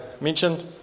mentioned